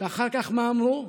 ואחר כך מה אמרו?